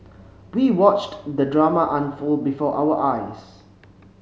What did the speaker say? we watched the drama unfold before our eyes